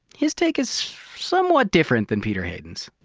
his take is somewhat different than peter hayden's.